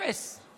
אפס.